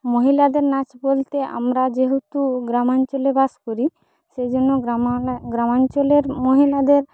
মহিলাদের নাচ বলতে আমরা যেহেতু গ্রামাঞ্চলে বাস করি সেই জন্য গ্রামাল গ্রামাঞ্চলের মহিলাদের